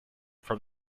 from